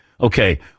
okay